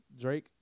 Drake